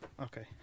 Okay